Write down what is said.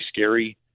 scary